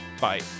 Bye